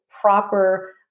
proper